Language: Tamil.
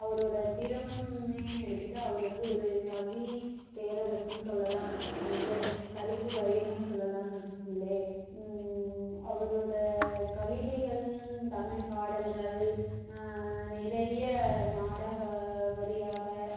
அவரோடய திறமைன்னு எடுத்துகிட்டா அவர் வந்து ஒரு கவி பேரரசுன்னு சொல்லலாம்னு வச்சிக்கோங்களேன் கருப்பு வைரனு சொல்லலாம்னு வச்சிக்கோங்களேன் அவரோடய கவிதைகள் தமிழ் பாடல்கள் நிறைய நாடக வரியாக